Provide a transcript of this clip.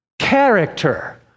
Character